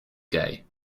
gay